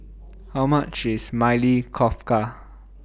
How much IS Maili Kofta